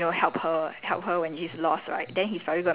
if this guy is willing to come and find her right